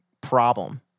problem